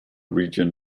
region